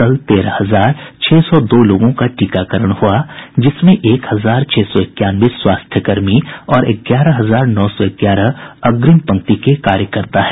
कल तेरह हजार छह सौ दो लोगों का टीकाकरण हुआ जिसमें एक हजार छह सौ इक्यानवे स्वास्थ्यकर्मी और ग्यारह हजार नौ सौ ग्यारह अग्रिम पंक्ति के कार्यकर्ता हैं